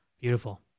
Beautiful